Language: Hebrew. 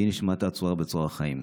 יהיו נשמותיהם צרורות בצרור החיים.